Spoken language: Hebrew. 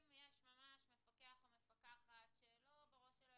אם יש ממש מפקח שלא בראש שלו